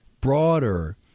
broader